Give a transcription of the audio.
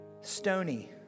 stony